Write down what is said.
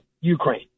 Ukraine